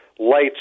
lights